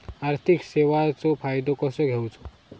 आर्थिक सेवाचो फायदो कसो घेवचो?